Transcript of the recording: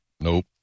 Nope